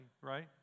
Right